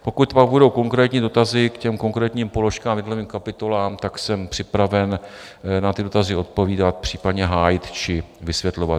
Pokud pak budou konkrétní dotazy ke konkrétním položkám, k jednotlivým kapitolám, jsem připraven na ty dotazy odpovídat, případně hájit či vysvětlovat.